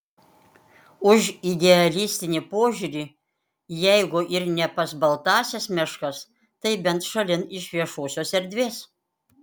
už idealistinį požiūrį jeigu ir ne pas baltąsias meškas tai bent šalin iš viešosios erdvės